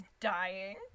dying